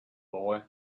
boy